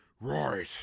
Right